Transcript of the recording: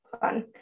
fun